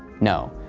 no.